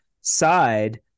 side